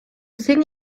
thing